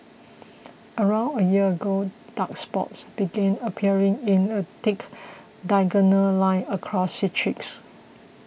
around a year ago dark spots began appearing in a thick diagonal line across his cheeks